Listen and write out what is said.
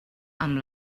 amb